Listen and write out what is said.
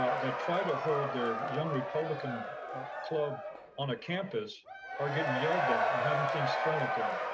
ah that try to hold their young republican club on a campus are getting yelled at and haven't things thrown at them.